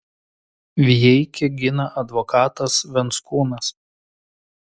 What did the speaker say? vijeikį gina advokatas venckūnas